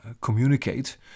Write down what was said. communicate